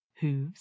hooves